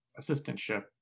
assistantship